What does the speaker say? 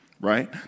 right